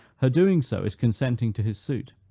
her doing so is consenting to his suit.